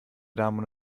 damen